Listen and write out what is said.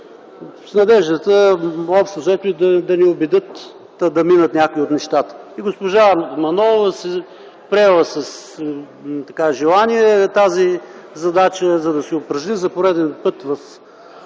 с надеждата общо взето и да ни убедят, та да минат някои от нещата. Госпожа Манолова е приела с желание тази задача, за да се упражни за пореден път в